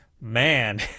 man